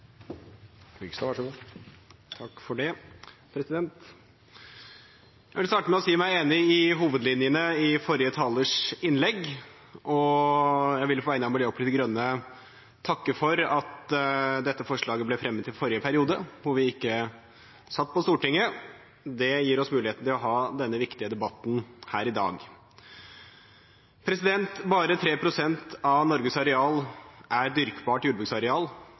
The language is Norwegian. Jeg vil starte med å si meg enig i hovedlinjene i forrige talers innlegg, og jeg vil på vegne av Miljøpartiet De Grønne takke for at dette forslaget ble fremmet i forrige periode, da vi ikke satt på Stortinget. Det gir oss muligheten til å ha denne viktige debatten her i dag. Bare 3 pst. av Norges areal er dyrkbart jordbruksareal,